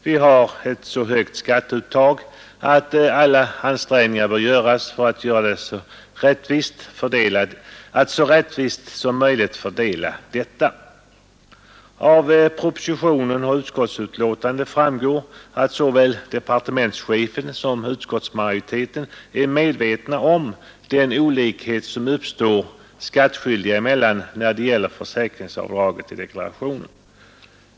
Vi har ett så högt skatteuttag att alla ansträngningar bör göras för att så rättvist som möjligt fördela detta. Av proposition och utskottsbetänkande framgår att såväl departementschefen som utskottsmajoriteten är medvetna om den olikhet som uppstår skattskyldiga emellan när det gäller försäkringsavdraget i deklarationen.